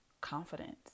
confidence